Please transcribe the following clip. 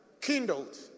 kindled